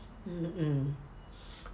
mm mm